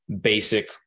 basic